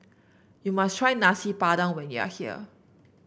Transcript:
you must try Nasi Padang when you are here